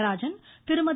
Natarajan Thirumathi